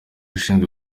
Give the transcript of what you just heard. ushinzwe